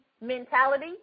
mentality